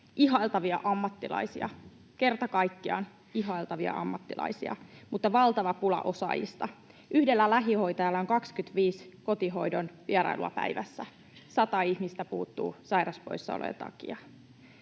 ihailtavia ammattilaisia, kerta kaikkiaan ihailtavia ammattilaisia — mutta on valtava pula osaajista. Yhdellä lähihoitajalla on 25 kotihoidon vierailua päivässä. Sata ihmistä puuttuu sairaspoissaolojen takia.